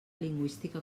lingüística